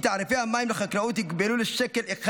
כי תעריפי המים לחקלאות יוגבלו לשקל אחד